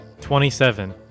27